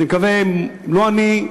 אני מקווה שאם לא אני,